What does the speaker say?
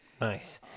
nice